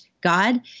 God